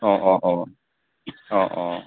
অঁ অঁ অঁ অঁ অঁ